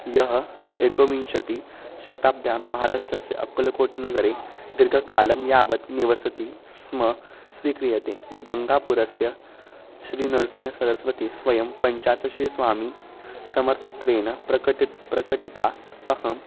यः एकोनविंशतिशताब्द्यां महाराष्ट्रस्य अकुलकोटनगरे दीर्घकालं यावत् निवसति स्म स्वीक्रियते गङ्गापुरस्य श्रीनरसिंहसरस्वति स्वयं पञ्चादशीस्वामी समर्थत्वेन प्रकटितः प्रकटिता अहं